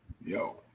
yo